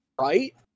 right